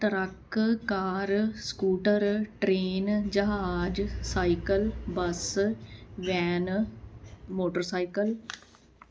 truck car scooter train ਜਹਾਜ cycle bus van motorcycle